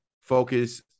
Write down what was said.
focus